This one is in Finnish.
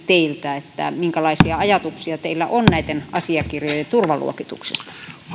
teiltä tätäkin minkälaisia ajatuksia teillä on näitten asiakirjojen turvaluokituksista